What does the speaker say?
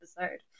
episode